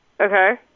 Okay